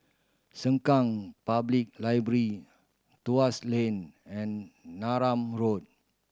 Sengkang Public Library Tuas Link and Neram Road